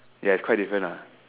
ya it's quite different lah